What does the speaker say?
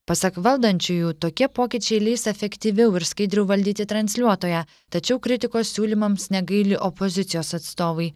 pasak valdančiųjų tokie pokyčiai leis efektyviau ir skaidriau valdyti transliuotoją tačiau kritikos siūlymams negaili opozicijos atstovai